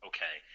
Okay